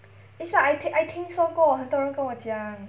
it's like I 听 I 听说过很多人跟我讲